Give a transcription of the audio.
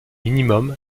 minimum